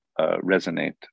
resonate